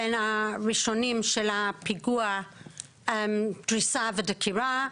בין הראשונים בפיגועי הדריסה והדקירה.